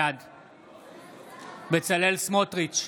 בעד בצלאל סמוטריץ'